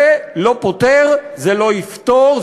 זה לא פותר, זה לא יפתור.